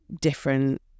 different